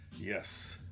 yes